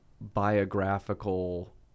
biographical